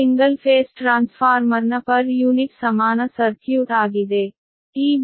ಇದು single phase ಟ್ರಾನ್ಸ್ಫಾರ್ಮರ್ನ per unit ಸಮಾನ ಸರ್ಕ್ಯೂಟ್ ಆಗಿದೆ